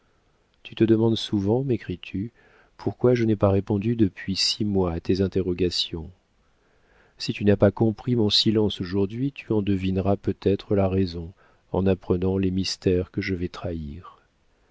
tu te demandes souvent mécris tu pourquoi je n'ai pas répondu depuis six mois à tes interrogations si tu n'as pas compris mon silence aujourd'hui tu en devineras peut-être la raison en apprenant les mystères que je vais trahir